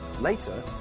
Later